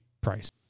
price